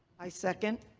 i second.